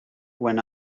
when